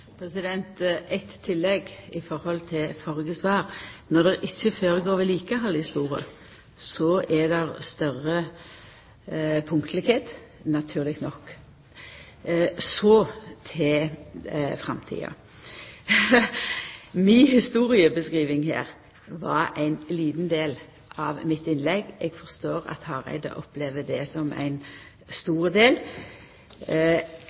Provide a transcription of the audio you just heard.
tillegg når det gjeld det førre svaret: Når det ikkje føregår vedlikehald i sporet, er det større punktlegheit, naturleg nok. Så til framtida. Mi historiebeskriving her var ein liten del av mitt innlegg – eg forstår at Hareide opplever det som ein